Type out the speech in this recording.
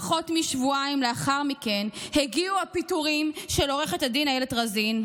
פחות משבועיים לאחר מכן הגיעו הפיטורים של עו"ד איילת רזין,